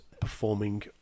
performing